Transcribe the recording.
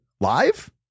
live